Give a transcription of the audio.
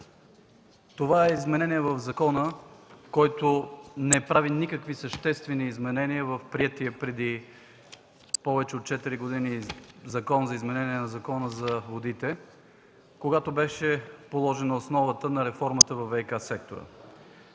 Това е изменение в закона, което не прави никакви съществени изменения в приетия преди повече от четири години Закон за изменение на Закона за водите, когато беше положена основата на реформата във ВиК сектора.